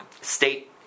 state